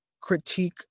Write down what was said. critique